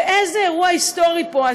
ואיזה אירוע היסטורי פה.